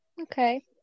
Okay